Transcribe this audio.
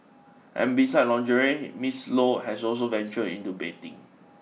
and besides lingerie Miss Low has also ventured into bedding